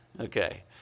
Okay